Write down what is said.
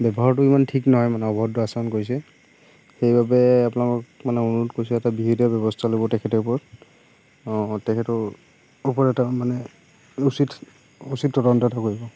ব্যৱহাৰটো ইমান ঠিক নহয় মানে অভদ্ৰ আচৰণ কৰিছে সেইবাবে আপোনালোকক মানে অনুৰোধ কৰিছোঁ এটা বিহিত ব্যবস্থা ল'ব তেখেতৰ ওপৰত অঁ তেখেতৰ ওপৰত মানে উচিত উচিত তদন্ত এটা হ'ব